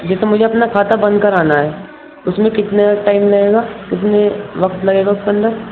جیسے مجھے اپنا خاتہ بند کرانا ہے اس میں کتنا ٹائم لگے گا اس میں وقت لگے گا اس کے اندر